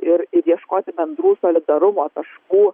ir ir ieškoti bendrų solidarumo taškų